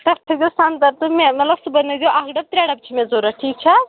تَتھ تھٲوزیٚو سَنگتر تُہۍ مےٚ مطلب سُہ بنٲوزیٚو اَکھ ڈَبہٕ ترٛےٚ ڈَبہٕ چھِ مےٚ ضروٗرت ٹھیٖک چھا